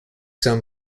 some